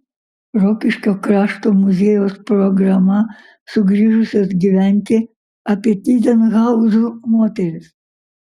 rokiškio krašto muziejaus programa sugrįžusios gyventi apie tyzenhauzų moteris